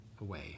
away